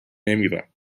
نمیرم